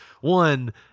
one